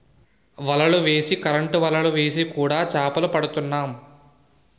వలలు వేసి కరెంటు వలలు వేసి కూడా చేపలు పడుతున్నాం